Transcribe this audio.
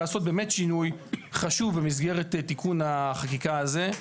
לעשות באמת שינוי חשוב במסגרת תיקון החקיקה הזה,